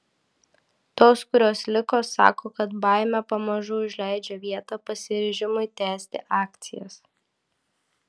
tos kurios liko sako kad baimė pamažu užleidžia vietą pasiryžimui tęsti akcijas